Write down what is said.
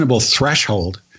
threshold